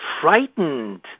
frightened